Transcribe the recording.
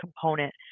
component